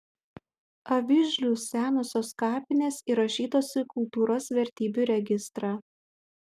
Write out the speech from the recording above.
avižlių senosios kapinės įrašytos į kultūros vertybių registrą